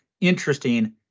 interesting